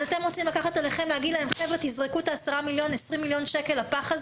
אז אתם רוצים לקחת עליכם להגיד להם לזרוק את 10-20 מיליוני שקלים לפח,